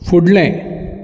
फुडलें